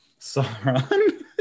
Sauron